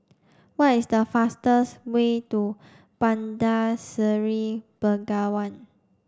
what is the fastest way to Bandar Seri Begawan